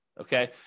Okay